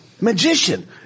magician